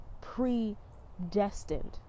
predestined